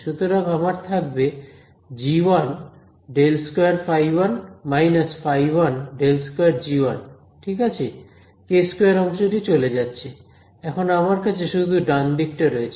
সুতরাং আমার থাকবে g1∇2ϕ1 − ϕ1∇2g1 ঠিক আছে k2 অংশটি চলে যাচ্ছে এখন আমার কাছে শুধু ডানদিকটা রয়েছে